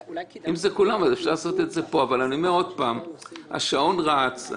אני אומר עוד פעם שהשעון רץ.